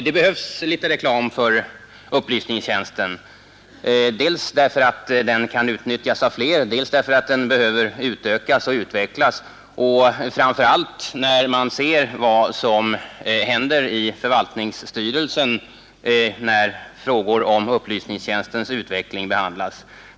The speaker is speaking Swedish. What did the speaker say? Det behövs litet reklam för upplysningstjänsten, dels för att den kan utnyttjas av flera, dels för att den behöver utökas och utvecklas och framför allt när man ser vad som händer i förvaltningsstyrelsen när frågor om upplysningstjänstens utveckling behandlas.